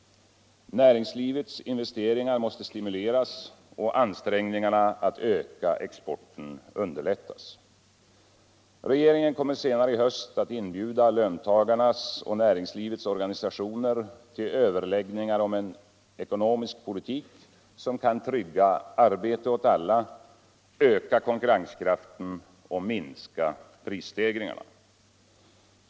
Näringslivets investeringar måste stimuleras och ansträngningarna att öka exporten underlättas. Regeringen kommer senare i höst att inbjuda löntagarnas och näringslivets organisationer till överläggningar om en ekonomisk politik som kan trygga arbete åt alla, öka konkurrenskraften och minska prisstegringarna.